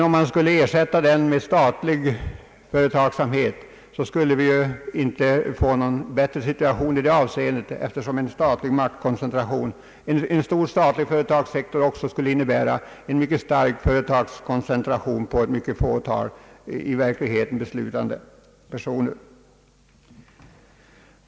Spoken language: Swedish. Om den ersattes med statlig företagsamhet blev inte situationen bättre i det avseendet, eftersom en stor statlig företagssektor också skulle innebära en mycket stark företagskoncentration på ett fåtal i verkligheten beslutande personer.